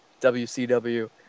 WCW